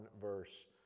verse